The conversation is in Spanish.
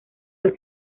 del